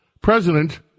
President